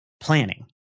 planning